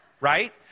right